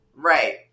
Right